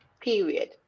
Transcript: period